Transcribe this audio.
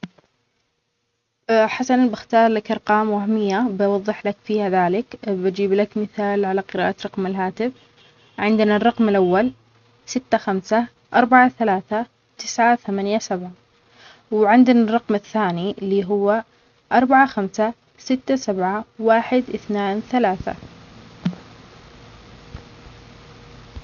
أ-حسن بختار أرقام وهمية بوضحلك فيها ذلك بجيبلك مثال على قراءة رقم الهاتف عندنا الرقم الأول ستة خمسة أربعة ثلاثة تسعة ثمانية سبعة وعندنا الرقم الثاني اللى هو أربعة خمسة ستة سبعة واحد أثنان ثلاثة.